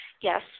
yes